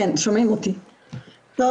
אני הייתי בשלושה